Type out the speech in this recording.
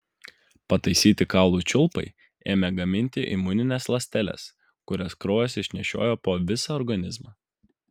pataisyti kaulų čiulpai ėmė gaminti imunines ląsteles kurias kraujas išnešiojo po visą organizmą